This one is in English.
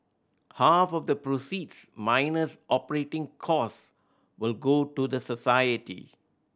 half of the proceeds minus operating costs will go to the society